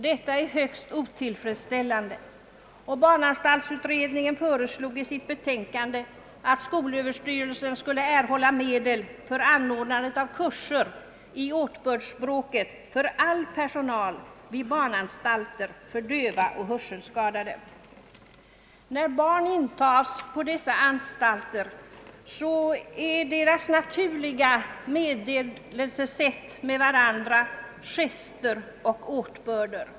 Detta är högst otillfredsställande. :Barnanstaltsutredningen föreslog i sitt betänkande att skolöverstyrelsen skulle erhålla medel för anordnande av kurser i åtbördsspråket för all personal vid barnanstalter för döva och hörselskadade. När barn intas på dessa anstalter är deras naturliga meddelelsesätt med varandra gester och åtbörder.